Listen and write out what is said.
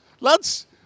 lads